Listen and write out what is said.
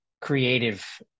creative